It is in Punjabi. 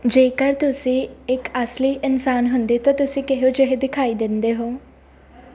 ਜੇਕਰ ਤੁਸੀਂ ਇੱਕ ਅਸਲੀ ਇਨਸਾਨ ਹੁੰਦੇ ਤਾਂ ਤੁਸੀਂ ਕਿਹੋ ਜਿਹੇ ਦਿਖਾਈ ਦਿੰਦੇ ਹੋ